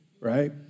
right